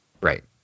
Right